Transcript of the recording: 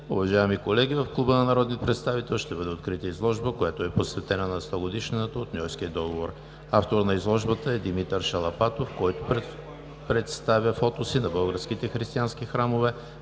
Уважаеми колеги, в Клуба на народния представител ще бъде открита изложба, която е посветена на 100-годишнината от Ньойския договор. Авторът на изложбата е Димитър Шалапатов, който представя фотоси на българските християнски храмове